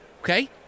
okay